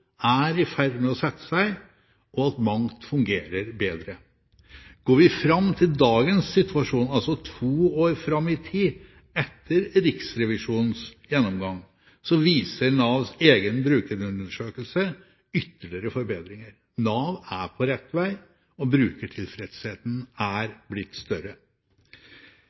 er i ferd med å sette seg, og at mangt fungerer bedre. Går vi fram til dagens situasjon – altså to år fram i tid etter Riksrevisjonens gjennomgang – viser Navs egen brukerundersøkelse ytterligere forbedringer. Nav er på rett vei, og brukertilfredsheten er blitt større.